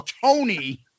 Tony